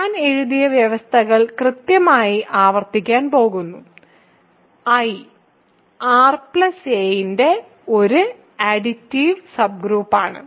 ഞാൻ എഴുതിയ വ്യവസ്ഥകൾ കൃത്യമായി ആവർത്തിക്കാൻ പോകുന്നു I R ന്റെ ഒരു അഡിറ്റീവ് സബ്ഗ്രൂപ്പാണ്